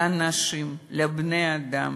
לאנשים, לבני-אדם.